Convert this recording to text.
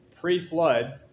pre-flood